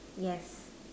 yes